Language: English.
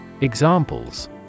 Examples